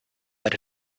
that